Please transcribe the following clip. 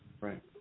Right